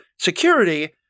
security